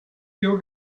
your